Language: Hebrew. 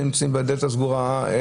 מאחורי הדלת הסגורה,